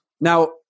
Now